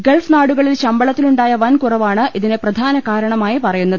Gulf നാടുകളിൽ ശമ്പള ത്തിലുണ്ടായ വൻകുറവാണ് ഇതിന് പ്രധാന കാരണ മായി പറയുന്നത്